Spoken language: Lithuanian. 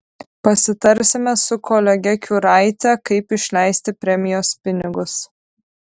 pasitarsime su kolege kiuraite kaip išleisti premijos pinigus